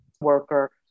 Worker